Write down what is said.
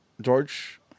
George